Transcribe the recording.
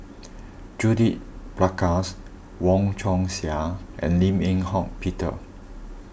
Judith Prakash Wong Chong Sai and Lim Eng Hock Peter